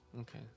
Okay